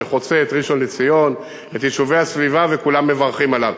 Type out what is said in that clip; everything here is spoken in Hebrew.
שחוצה את ראשון-לציון ואת יישובי הסביבה וכולם מברכים עליו?